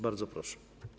Bardzo proszę.